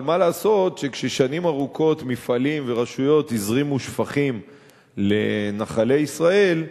אבל מה לעשות שכששנים ארוכות מפעלים ורשויות הזרימו שפכים לנחלי ישראל,